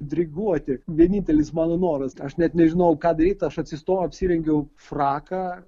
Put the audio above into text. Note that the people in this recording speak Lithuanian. diriguoti vienintelis mano noras aš net nežinojau ką daryt aš atsistojau apsirengiau fraką